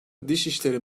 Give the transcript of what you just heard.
dışişleri